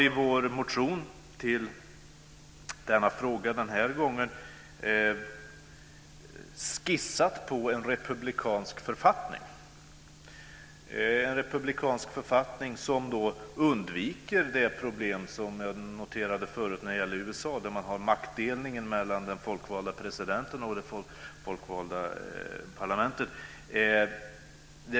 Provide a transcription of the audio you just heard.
I vår motion i frågan har vi den här gången skissat på en republikansk författning som undviker det problem som jag tidigare noterade vad gäller USA, där man har maktdelning mellan den folkvalde presidenten och det folkvalda parlamentet.